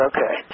Okay